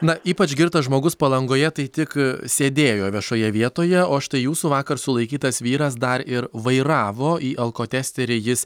na ypač girtas žmogus palangoje tai tik sėdėjo viešoje vietoje o štai jūsų vakar sulaikytas vyras dar ir vairavo į alkotesterį jis